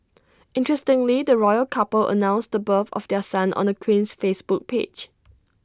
interestingly the royal couple announced the birth of their son on the Queen's Facebook page